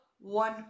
one